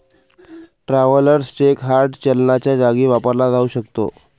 travellers cheque hard चलनाच्या जागी वापरला जाऊ शकतो